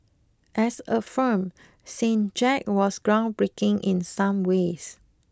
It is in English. as a film Saint Jack was groundbreaking in some ways